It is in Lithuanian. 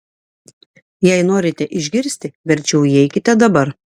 jei norite išgirsti verčiau įeikite dabar